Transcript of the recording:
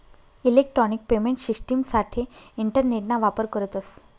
electronic payment शिश्टिमसाठे इंटरनेटना वापर करतस